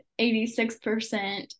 86%